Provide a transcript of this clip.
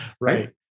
Right